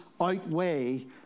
outweigh